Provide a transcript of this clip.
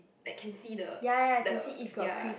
that can see the the ya